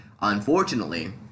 Unfortunately